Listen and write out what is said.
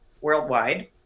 worldwide